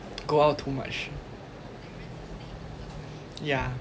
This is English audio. go out too much yeah